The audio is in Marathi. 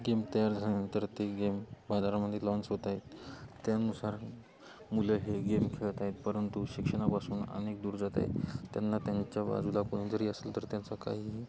गेम तयार झाल्याने तर ते गेम बाजारामध्ये लाँच होत आहेत त्यानुसार मुलं हे गेम खेळत आहेत परंतु शिक्षणापासून अनेक दूर जात आहेत त्यांना त्यांच्या बाजूला कोण जरी असलं तर त्यांचा काहीही